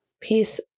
Peace